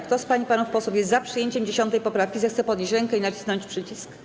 Kto z pań i panów posłów jest za przyjęciem 10. poprawki, zechce podnieść rękę i nacisnąć przycisk.